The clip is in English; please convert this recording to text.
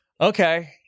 Okay